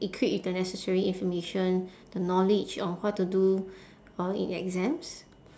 equipped with the necessary information the knowledge of what to do uh in exams